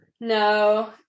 No